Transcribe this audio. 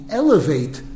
elevate